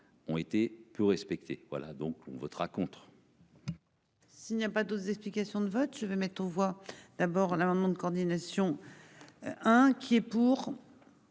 ont été peu respectées. Voilà donc on votera contre.-- S'il n'y a pas d'autre explication de vote je mettre aux voix d'abord l'amendement de coordination. Inquiet pour.